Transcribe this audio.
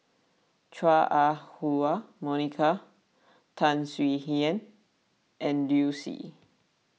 Chua Ah Huwa Monica Tan Swie Hian and Liu Si